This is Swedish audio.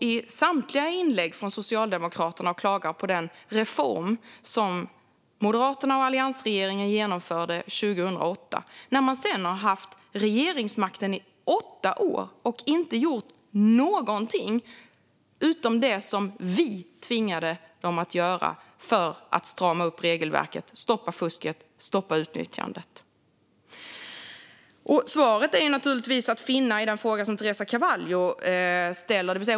I samtliga inlägg från Socialdemokraterna klagar de på den reform som Moderaterna och alliansregeringen införde 2008, när de sedan hade regeringsmakten i åtta år och inte gjorde någonting - utom det som vi tvingade dem att göra för att strama upp regelverket, stoppa fusket och stoppa utnyttjandet. Svaret går naturligtvis att finna i den fråga som Teresa Carvalho ställer.